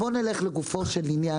בואו נלך לגופו של עניין,